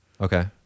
Okay